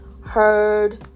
heard